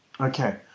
Okay